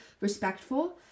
respectful